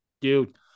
dude